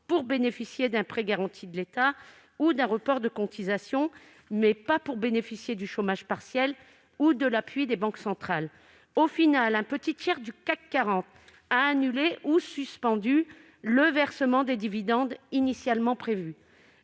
pour bénéficier d'un prêt garanti de l'État ou d'un report de cotisations, mais pas pour bénéficier du chômage partiel ou de l'appui des banques centrales. Au final, un petit tiers du CAC 40 a annulé ou suspendu le versement des dividendes initialement prévu,